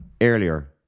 earlier